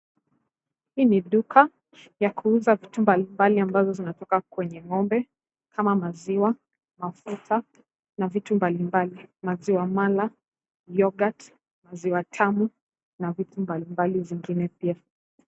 Hii ni duka ya kuuza vitu mbalimbali ambazo zinatoka kwenye ng'ombe kama maziwa, mafuta na vitu mbalimbali. Maziwa mala, yoghurt , maziwa tamu na vitu mbalimbali zingine pia.